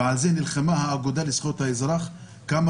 על זה נלחמה האגודה לזכויות האזרח כמה